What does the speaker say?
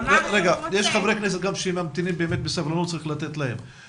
יש חברי כנסת שממתינים בסבלנות וצריך לתת להם לדבר.